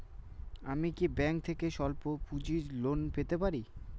আমি কি ব্যাংক থেকে স্বল্প পুঁজির লোন পেতে পারি?